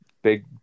big